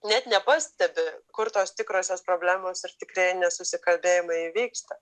net nepastebi kur tos tikrosios problemos ir tikrieji nesusikalbėjimai įvyksta